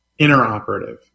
interoperative